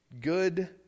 good